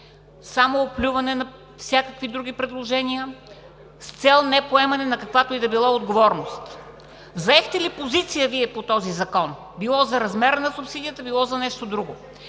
само оплюване на всякакви други предложения с цел непоемане на каквато и да е било отговорност. Вие заехте ли позиция по този закон – било за размер на субсидията, било за нещо друго?